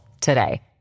today